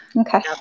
Okay